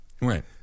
right